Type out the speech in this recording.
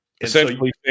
Essentially